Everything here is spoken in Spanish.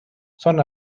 son